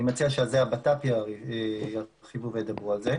אני מציע שעל זה ירחיב המשרד לביטחון